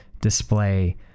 display